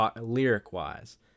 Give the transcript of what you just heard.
lyric-wise